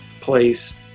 place